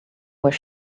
where